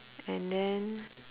and then